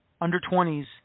under-20s